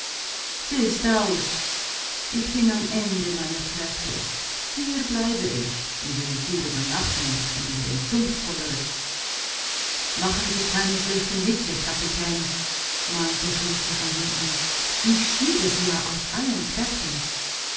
s ist aus ich bin am ende meiner kräfte hier bleibe ich und wenn ich hier übernachten muß und in den sumpf kollere machen sie keine schlechten witze kapitän mahnte schultze von hinten ich schiebe sie ja aus allen kräften